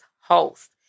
host